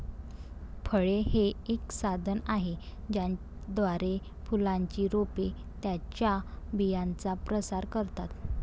फळे हे एक साधन आहे ज्याद्वारे फुलांची रोपे त्यांच्या बियांचा प्रसार करतात